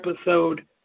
episode